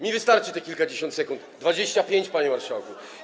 Mnie wystarczy te kilkadziesiąt sekund, 25 sekund, panie marszałku.